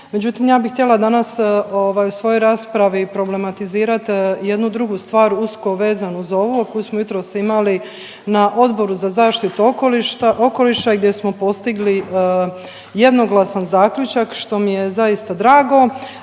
međutim, ja bih htjela danas ovaj u svojoj raspravi problematizirati jednu drugu stvar usko vezanu za ovu, koju smo jutros imali na Odboru za zaštitu okoliša gdje smo postigli jednoglasan zaključak, što mi je zaista drago,